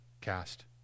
cast